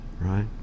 right